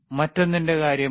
മറ്റൊന്നിന്റെ കാര്യമോ